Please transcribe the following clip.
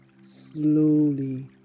slowly